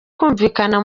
kumvikana